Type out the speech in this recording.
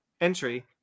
entry